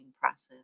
process